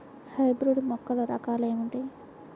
Hybrid మొక్కల రకాలు ఏమిటి?